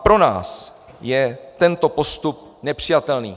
Pro nás je tento postup nepřijatelný.